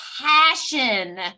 passion